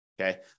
Okay